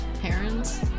parents